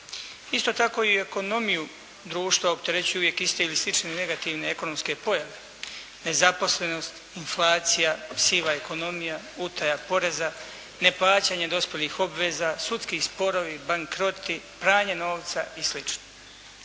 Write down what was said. Isto tako i ekonomiju društva opterećuju uvijek iste ili slične negativne ekonomske pojave; nezaposlenost, inflacija, siva ekonomija, utaja poreza, neplaćanje dospjelih obveza, sudski sporovi, bankroti, pranje novca i